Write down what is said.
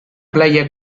playa